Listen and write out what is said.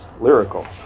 lyrical